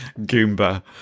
Goomba